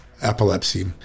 epilepsy